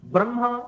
Brahma